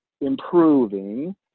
improving